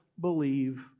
believe